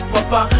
Papa